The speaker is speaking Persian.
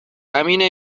همینه